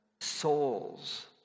souls